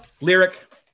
lyric